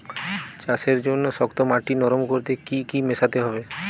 চাষের জন্য শক্ত মাটি নরম করতে কি কি মেশাতে হবে?